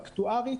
אקטוארית,